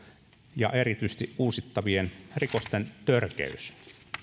ja erityisesti uusittavien rikosten törkeys